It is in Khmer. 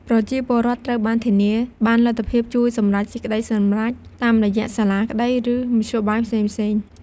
ប្រជាពលរដ្ឋត្រូវបានធានាបានលទ្ធភាពជួយសម្រេចសេចក្ដីសម្រេច តាមរយៈសាលាក្តីឬមធ្យោបាយផ្សេងៗ។